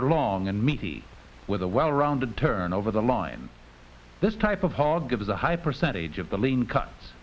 are long and meaty with a well rounded turnover the line this type of hog is a high percentage of the lean cuts